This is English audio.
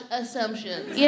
assumptions